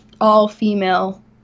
all-female